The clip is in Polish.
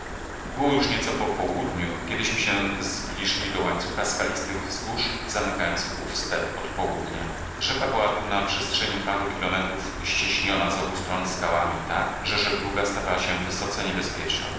było już nieco po południu kiedyśmy się zbliżyli do łańcucha skalistych wzgórz zamykających ów step od południa rzeka była tu na przestrzeni paru kilometrów ścieśniona z obu stron skałami tak że żegluga stawała się wysoce niebezpieczną